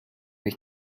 ich